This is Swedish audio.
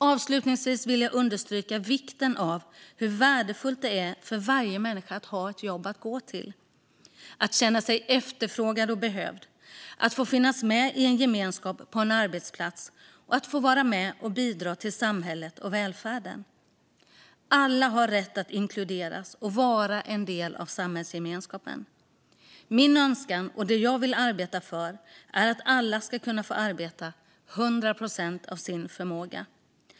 Avslutningsvis vill jag understryka hur värdefullt det är för varje människa att ha ett jobb att gå till, att känna sig efterfrågad och behövd, att få finnas med i en gemenskap på en arbetsplats och att få vara med och bidra till samhället och välfärden. Alla har rätt att inkluderas och vara en del av samhällsgemenskapen. Min önskan, och det jag vill arbeta för, är att alla ska kunna få arbeta 100 procent av sin förmåga.